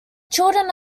children